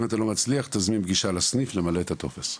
אם אתה לא מצליח תזמין פגישה לסניף למלא את הטופס.